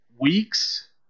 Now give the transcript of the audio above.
weeks